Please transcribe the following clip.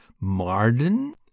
Marden